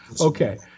okay